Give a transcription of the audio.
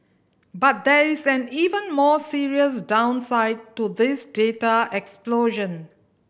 but there is an even more serious downside to this data explosion